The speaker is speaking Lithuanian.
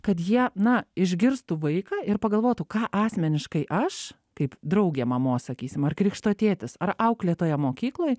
kad jie na išgirstų vaiką ir pagalvotų ką asmeniškai aš kaip draugė mamos sakysim ar krikšto tėtis ar auklėtoja mokykloj